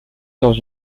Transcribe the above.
dans